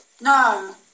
No